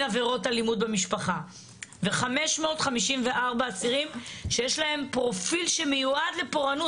עבירות אלימות במשפחה ו-554 אסירים שיש להם פרופיל שמועד לפורענות,